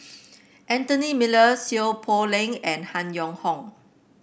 Anthony Miller Seow Poh Leng and Han Yong Hong